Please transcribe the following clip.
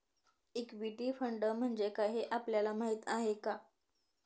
Equity fund म्हणजे काय, हे आपल्याला माहीत आहे का?